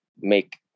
make